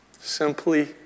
Simply